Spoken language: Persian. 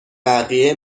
بقیه